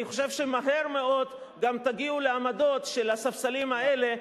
אני חושב שמהר מאוד גם תגיעו לעמדות של הספסלים האלה,